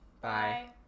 Bye